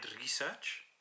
Research